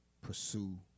pursue